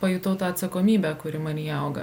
pajutau tą atsakomybę kuri manyje auga